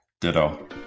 Ditto